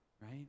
right